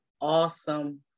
awesome